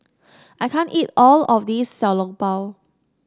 I can't eat all of this Xiao Long Bao